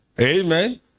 amen